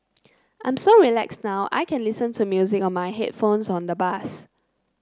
I'm so relaxed now I can listen to music on my headphones on the bus